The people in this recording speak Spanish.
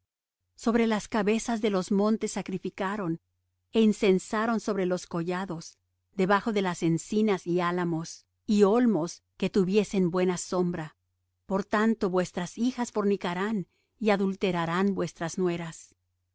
sobre las cabezas de los montes sacrificaron é incensaron sobre los collados debajo de encinas y álamos y olmos que tuviesen buena sombra por tanto vuestras hijas fornicarán y adulterarán vuestras nueras